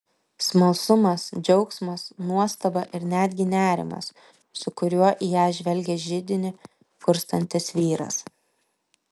smalsumas džiaugsmas nuostaba ir netgi nerimas su kuriuo į ją žvelgė židinį kurstantis vyras